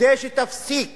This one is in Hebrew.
כדי שתפסיק